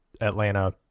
Atlanta